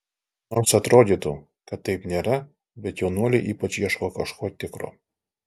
nors atrodytų kad taip nėra bet jaunuoliai ypač ieško kažko tikro